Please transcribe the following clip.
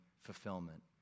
fulfillment